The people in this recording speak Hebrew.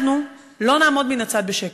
אנחנו לא נעמוד מן הצד בשקט.